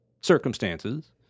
circumstances